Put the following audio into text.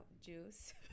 Juice